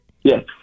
Yes